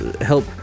help